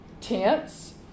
tense